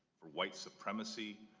for white supremacy,